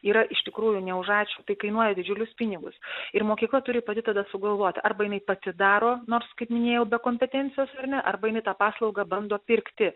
yra iš tikrųjų ne už ačiū tai kainuoja didžiulius pinigus ir mokykla turi pati tada sugalvot arba jinai pati daro nors kaip minėjau be kompetencijos ar ne arba jinai tą paslaugą bando pirkti